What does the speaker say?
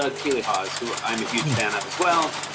ah keeley hawes, who i'm a huge fan of as well,